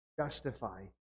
justify